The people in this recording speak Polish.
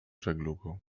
żeglugą